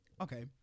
okay